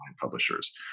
publishers